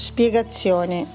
Spiegazione